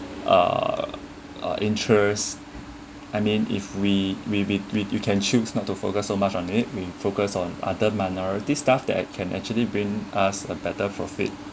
err uh interest I mean if we we we with you can choose not to focus so much on it we focus on other minority stuff that can actually bring us a better profit